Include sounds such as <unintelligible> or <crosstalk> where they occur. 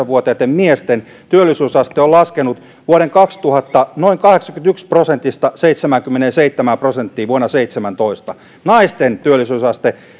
<unintelligible> vuotiaitten miesten työllisyysaste on laskenut vuoden kaksituhatta noin kahdeksastakymmenestäyhdestä prosentista seitsemäänkymmeneenseitsemään prosenttiin vuonna seitsemäntoista naisten työllisyysaste